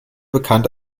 bekannt